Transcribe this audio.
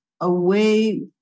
away